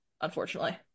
unfortunately